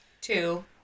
two